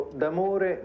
d'amore